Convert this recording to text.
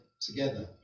together